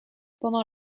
pendant